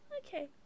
Okay